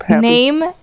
Name